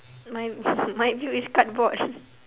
my my view is cupboard